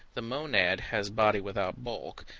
the monad has body without bulk,